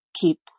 keep